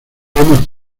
hemos